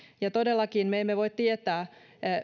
todellakin me emme voi tietää